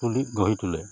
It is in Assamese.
তুলি গঢ়ি তোলে